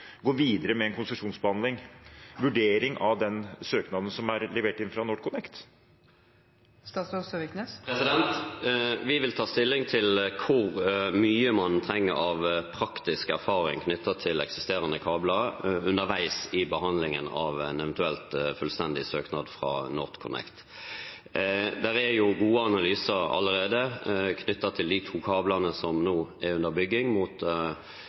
gå videre med en konsesjonsbehandling, en vurdering, av den søknaden som er levert inn fra NorthConnect? Vi vil ta stilling til hvor mye man trenger av praktisk erfaring knyttet til eksisterende kabler underveis i behandlingen av en eventuell fullstendig søknad fra NorthConnect. Det er jo gode analyser allerede knyttet til de to kablene som nå er under bygging